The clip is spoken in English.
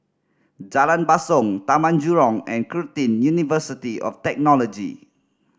Jalan Basong Taman Jurong and Curtin University of Technology